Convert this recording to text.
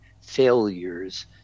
failures